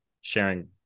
sharing